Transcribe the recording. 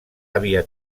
havia